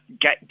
get